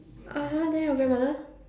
(uh huh) then your grandmother